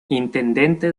intendente